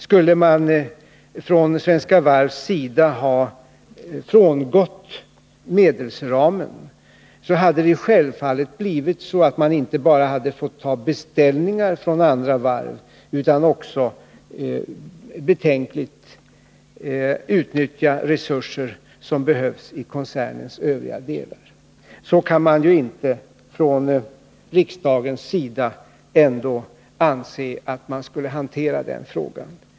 Skulle man från Svenska Varvs sida ha frångått medelsramen, hade det självfallet blivit så att man inte bara fått ta beställningar från andra varv, utan också betänkligt utnyttjat resurser som behövs i koncernens övriga delar. Så kan ju inte riksdagen anse att man bör hantera frågan.